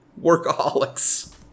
workaholics